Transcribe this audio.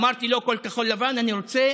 אמרתי: לא כל כחול לבן, אני רוצה